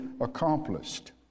accomplished